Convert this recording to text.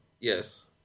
Yes